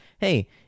Hey